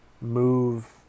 move